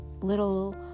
little